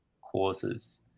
causes